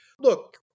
Look